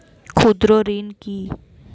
ক্ষুদ্র ঋণ কি?